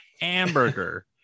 hamburger